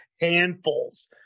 handfuls